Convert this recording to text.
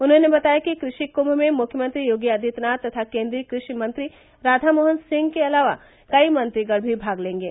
उन्होंने बताया कि कृषि कुंभ में मुख्यमंत्री योगी आदित्यनाथ तथा केन्द्रीय कृषि मंत्री राधा मोहन सिंह के अलावा कई मंत्रीगण भी भाग लेंगे